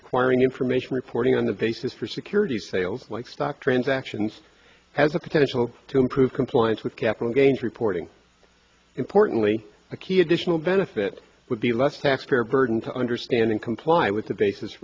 requiring information reporting on the basis for securities sales like stock transactions has a potential to improve compliance with capital gains reporting importantly a key additional benefit would be less taxpayer burden to understanding comply with the bas